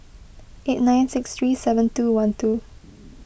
eight nine six three seven two one two